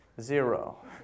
Zero